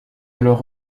alors